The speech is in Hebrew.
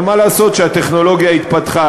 אבל מה לעשות שהטכנולוגיה התפתחה,